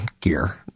gear